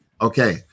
Okay